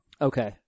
Okay